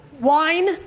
Wine